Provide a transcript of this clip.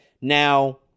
Now